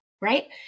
right